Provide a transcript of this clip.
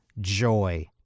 joy